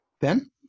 Ben